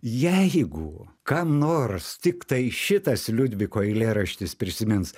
jeigu kam nors tiktai šitas liudviko eilėraštis prisimins